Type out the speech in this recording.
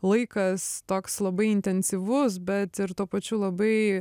laikas toks labai intensyvus bet ir tuo pačiu labai